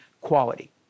quality